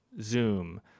Zoom